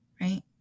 Right